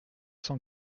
cent